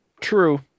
True